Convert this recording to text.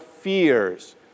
fears